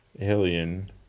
Alien